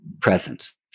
presence